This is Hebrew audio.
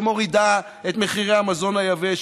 שמורידה את מחירי המזון היבש,